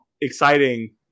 exciting